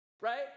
right